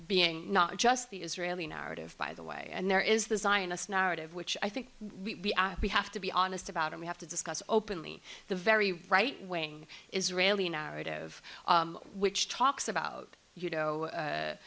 being not just the israeli narrative by the way and there is the zionist narrative which i think we have to be honest about it we have to discuss openly the very right wing israeli narrative which talks about you know